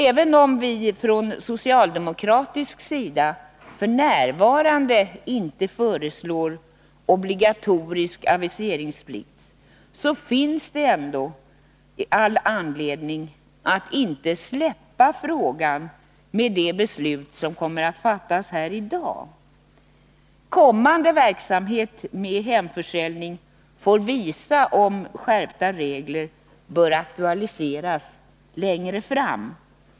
Även om vi från socialdemokratisk sida f. n. inte föreslår obligatorisk aviseringsplikt, finns det ändå all anledning att inte släppa frågan med det beslut som kommer att fattas här i dag. Kommande verksamhet med hemförsäljning får visa om skärpta regler bör aktualiseras längre fram.